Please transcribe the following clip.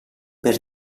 per